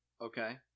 Okay